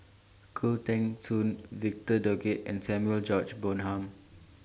Khoo Teng Soon Victor Doggett and Samuel George Bonham